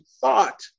thought